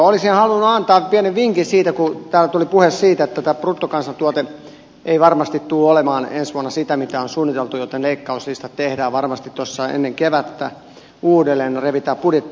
olisin halunnut antaa pienen vinkin kun täällä tuli puhe siitä että bruttokansantuote ei varmasti tule olemaan ensi vuonna sitä mitä on suunniteltu joten leikkauslistat tehdään varmasti tuossa ennen kevättä uudelleen revitään budjetti auki